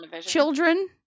children